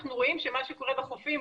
אנחנו רואים שמה שקורה בחופים,